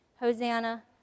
Hosanna